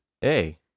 Hey